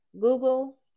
google